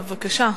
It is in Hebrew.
בבקשה.